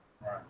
Right